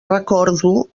recordo